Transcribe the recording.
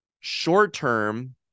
Short-term